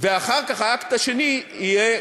אחר כך, האקט השני יהיה